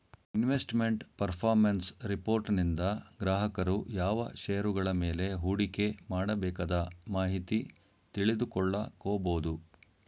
investment performance ರಿಪೋರ್ಟನಿಂದ ಗ್ರಾಹಕರು ಯಾವ ಶೇರುಗಳ ಮೇಲೆ ಹೂಡಿಕೆ ಮಾಡಬೇಕದ ಮಾಹಿತಿ ತಿಳಿದುಕೊಳ್ಳ ಕೊಬೋದು